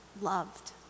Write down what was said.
loved